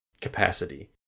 capacity